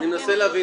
אני מנסה להבין,